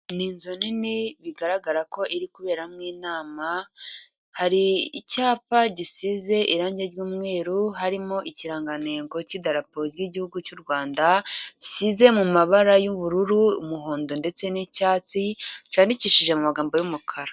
Ni inzu nini bigaragara ko iri kuberamo inama, hari icyapa gisize irangi ry'umweru harimo ikirangantengo cy'idarapo ry'igihugu cy'u Rwanda, gisize mu mabara y'ubururu, umuhondo ndetse n'icyatsi, cyandikishije amagambo y'umukara.